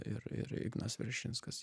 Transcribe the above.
ir ir ignas veršinskas